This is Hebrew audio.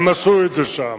הם עשו את זה שם,